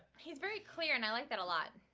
he's very clear and i like that a lot